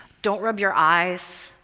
don't rub your eyes.